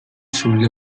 sulle